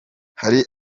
hari